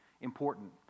important